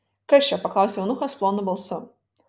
kas čia paklausė eunuchas plonu balsu